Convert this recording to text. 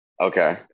Okay